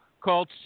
called